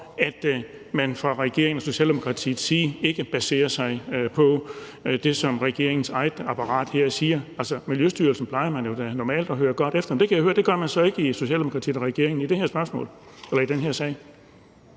man fra regeringens og Socialdemokratiets side ikke baserer sig på det, som regeringens eget apparat her siger. Altså, Miljøstyrelsen plejer man da normalt at høre godt efter, men det kan jeg høre at man så ikke gør i Socialdemokratiet og regeringen i den her sag. Kl. 11:56 Anden